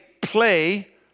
play